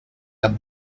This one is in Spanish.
las